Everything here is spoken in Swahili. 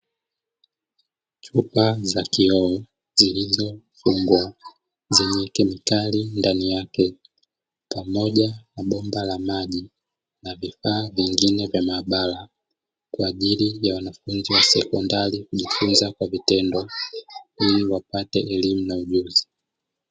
Chupa za kioo zilizofungwa zenye kemikali ndani yake pamoja na bomba za maji na vifaa vingine vya maabara, kwa ajili ya wanafunzi wa sekondari kujifunza kwa vitendo ili wapate elimu na ujuzi.